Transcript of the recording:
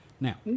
Now